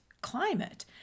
climate